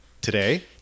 Today